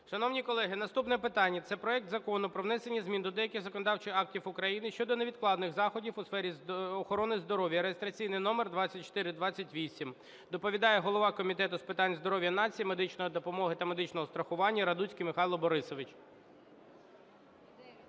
Шановні колеги, наступне питання - це проект Закону про внесення змін до деяких законодавчих актів України щодо невідкладних заходів у сфері охорони здоров'я (реєстраційний номер 2428). Доповідає голова Комітету з питань здоров'я нації, медичної допомоги та медичного страхування Радуцький Михайло Борисович.